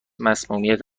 مصمومیت